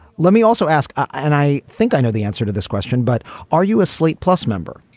let me also ask and i think i know the answer to this question but are you asleep plus member.